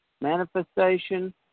manifestation